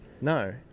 No